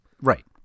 Right